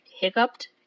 hiccuped